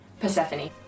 Persephone